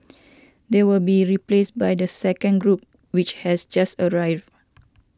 they will be replaced by the second group which has just arrived